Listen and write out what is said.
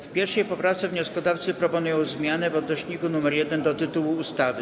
W 1. poprawce wnioskodawcy proponują zmianę w odnośniku nr 1 do tytułu ustawy.